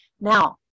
Now